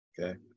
Okay